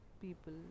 people